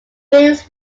buildings